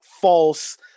false